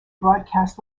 broadcasts